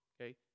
okay